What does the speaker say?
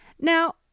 Now